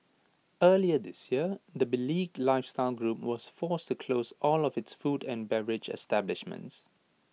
earlier this year the beleaguered lifestyle group was forced to close all of its food and beverage establishments